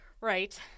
Right